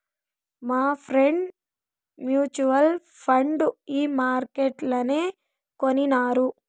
మాఫ్రెండ్ mutual fund ఈ మార్కెట్లనే కొనినారు